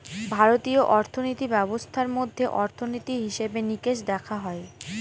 ভারতীয় অর্থিনীতি ব্যবস্থার মধ্যে অর্থনীতি, হিসেবে নিকেশ দেখা হয়